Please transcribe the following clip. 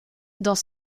dans